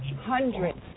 hundreds